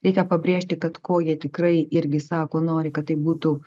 reikia pabrėžti kad ko jie tikrai irgi sako nori kad tai būtų